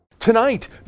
Tonight